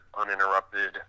uninterrupted